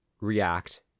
react